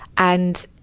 and,